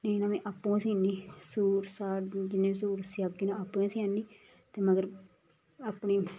नेईं तां में आपूं गै सीनी सूट साट जिन्ने बी सूट सेआगी नां आपूं गै सेआनी ते मगर अपनी